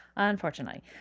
Unfortunately